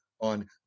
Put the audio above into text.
on